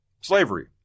Slavery